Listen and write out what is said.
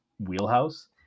wheelhouse